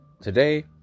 today